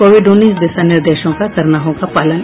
Covid उन्नीस दिशा निर्देशों का करना होगा पालन